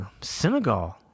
Senegal